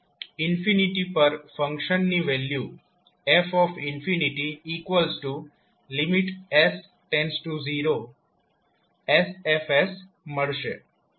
પર ફંકશનની value fs0 sF મળશે